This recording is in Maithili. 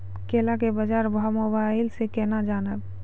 केला के बाजार भाव मोबाइल से के ना जान ब?